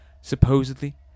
Supposedly